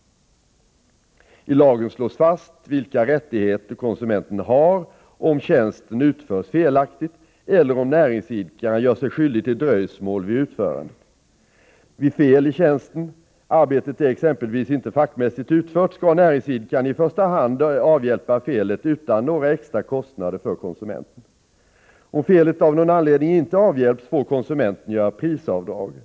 I lagen slås fast vilka rättigheter konsumenten har, om tjänsten utförs felaktigt eller om näringsidkaren gör sig skyldig till dröjsmål vid utförandet. Vid fel i tjänsten — arbetet är exempelvis inte fackmässigt utfört — skall näringsidkaren i första hand avhjälpa felet utan några extra kostnader för konsumenten. Om felet av någon anledning inte avhjälps får konsumenten göra prisavdrag.